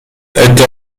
اتحادیه